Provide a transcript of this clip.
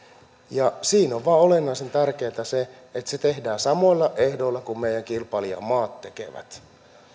ja siinä vain on olennaisen tärkeätä se että se tehdään samoilla ehdoilla kuin meidän kilpailijamaat tekevät